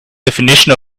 definition